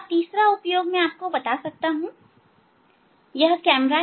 तीसरा उपयोग मैं आपको बता सकता हूं कि यह कैमरा है